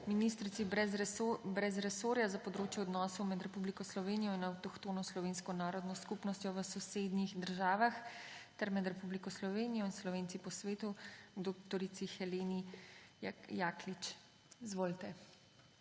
ministrici brez resorja za področje odnosov med Republiko Slovenijo in avtohtono slovensko narodno skupnostjo v sosednjih državah ter med Republiko Slovenijo in Slovenci po svetu dr. Heleni Jaklitsch. Izvolite.